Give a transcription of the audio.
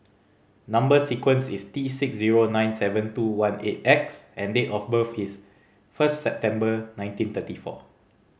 number sequence is T six zero nine seven two one eight X and date of birth is first September nineteen thirty four